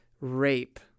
rape